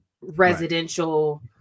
residential